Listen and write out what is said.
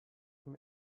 from